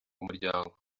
umuryango